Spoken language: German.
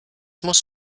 muss